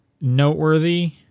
noteworthy